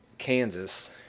Kansas